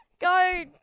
Go